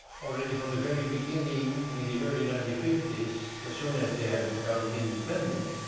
already from the very beginning in the early nineteen fifty s as soon as they had become independent,